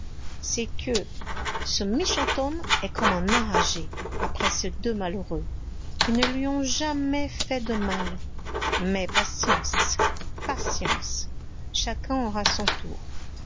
c'est que ce méchant homme est comme un enragé après ces deux malheureux qui ne lui ont jamais fait de mal mais patience patience chacun aura son tour